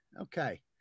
Okay